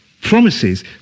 promises